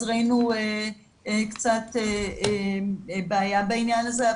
אז ראינו קצת בעיה בעניין הזה.